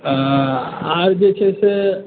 आर जे छै से